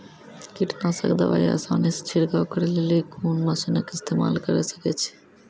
कीटनासक दवाई आसानीसॅ छिड़काव करै लेली लेल कून मसीनऽक इस्तेमाल के सकै छी?